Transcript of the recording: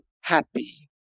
happy